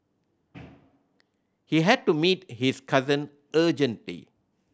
he had to meet his cousin urgently